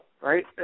right